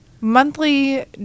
monthly